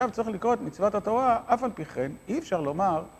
עכשיו צריך לקרוא את מצוות התורה, אף על פי כן, אי אפשר לומר...